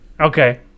Okay